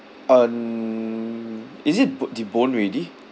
um is it bo~ deboned already